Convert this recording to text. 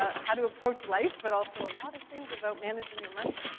ah how to approach life, but also a lot of things about managing your money.